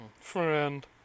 Friend